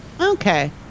Okay